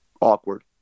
awkward